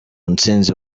ntsinzi